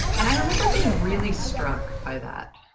and i remember being really struck by that.